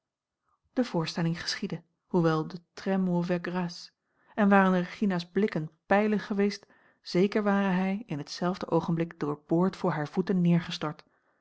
de voorstelling geschiedde hoewel de très mauvaise grâce en waren regina's blikken pijlen geweest zeker ware hij in hetzelfde oogenblik doorboord voor hare voeten neergestort